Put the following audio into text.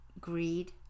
greed